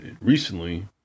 recently